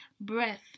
breath